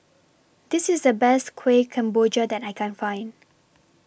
This IS The Best Kueh Kemboja that I Can Find